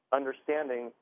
understanding